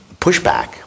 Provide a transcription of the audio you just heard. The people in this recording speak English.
pushback